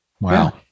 wow